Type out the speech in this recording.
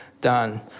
done